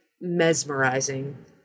mesmerizing